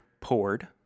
poured